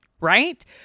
right